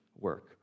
work